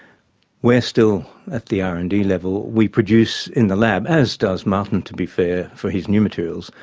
we're still at the r and d level. we produce in the lab, as does martin, to be fair, for his new materials,